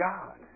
God